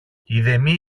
ειδεμή